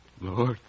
Lord